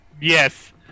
Yes